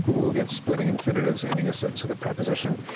but we'll get splitting infinitives, ending a sentence with a preposition,